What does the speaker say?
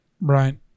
Right